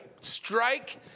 strike